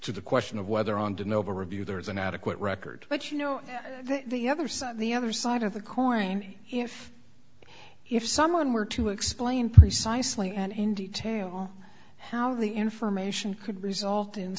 to the question of whether on de novo review there is an adequate record but you know that the other side the other side of the coin if if someone were to explain precisely and in detail how the information could result in